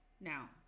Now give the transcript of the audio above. Now